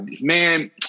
man